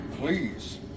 please